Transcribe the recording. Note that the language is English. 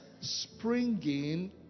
springing